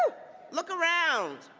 look around.